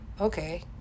Okay